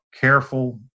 careful